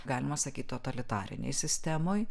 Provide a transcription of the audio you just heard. galima sakyt totalitarinėj sistemoj